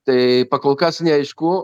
tai pakol kas neaišku